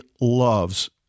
loves